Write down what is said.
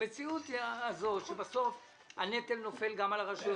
המציאות היא שבסוף הנטל נופל גם על הרשויות